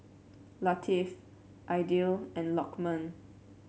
Latif Aidil and Lokman